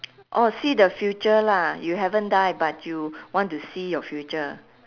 oh see the future lah you haven't die but you want to see your future